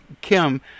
Kim